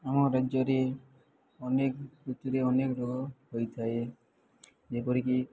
ଆମ ରାଜ୍ୟରେ ଅନେକ ଋତୁରେ ଅନେକ ରୋଗ ହୋଇଥାଏ ଯେପରିକି